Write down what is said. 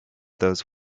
those